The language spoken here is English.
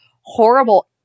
horrible